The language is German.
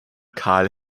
karl